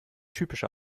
typische